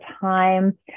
time